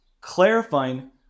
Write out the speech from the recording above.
clarifying